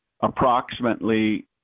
approximately